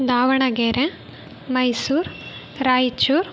Davanagere Mysuru Raichur